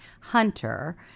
Hunter